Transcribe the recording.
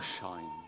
shine